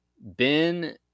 Ben